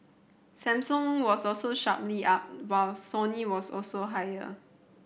Samsung was also sharply up while Sony was also higher